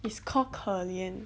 it's called 可怜